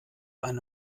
eine